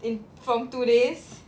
in from today's